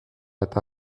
eta